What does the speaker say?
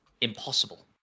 impossible